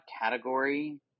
category